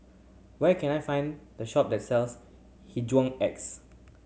where can I find the shop that sells Hygin X